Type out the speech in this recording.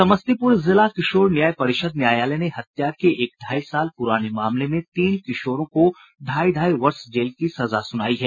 समस्तीपुर जिला किशोर न्याय परिषद न्यायालय ने हत्या के एक ढाई साल प्राने मामले में तीन किशोरों को ढाई ढाई वर्ष जेल की सजा सुनाई है